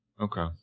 Okay